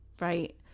Right